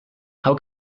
how